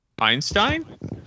Einstein